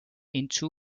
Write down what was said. into